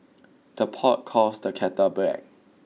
the pot calls the kettle black